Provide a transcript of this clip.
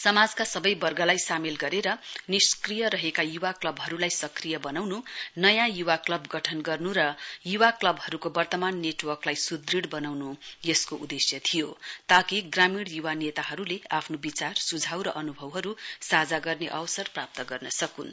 समाजका सबै वर्गलाई सामेल गरेर निष्क्रिय रहेका युवा क्लबहरूलाई सक्रिय बनाउनु नयाँ युवा क्लब गठन गर्नु र युवा क्लबहरूको वर्तमान नेटवर्गलाई सुदृङ बनाउनु यसको उद्देश्य थियो ताकि ग्रामीण युवा नेताहरूले आफ्नो विचार सुझाव र अनुभवहरू साझा गर्ने अवसर प्राप्त गर्न सकुन्